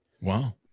Wow